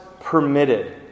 permitted